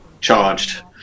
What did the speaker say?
charged